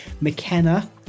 McKenna